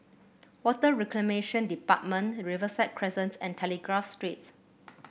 Water Reclamation Department Riverside Crescent and Telegraph Streets